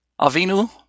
Avinu